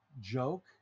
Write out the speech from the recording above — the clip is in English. joke